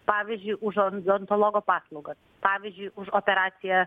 pavyzdžiui už odontologo paslaugas pavyzdžiui už operaciją